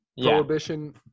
Prohibition